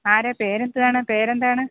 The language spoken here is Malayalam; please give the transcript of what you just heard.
ആരാ പേരെന്തുവാണ് പേരെന്താണ്